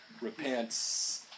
repent